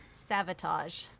Sabotage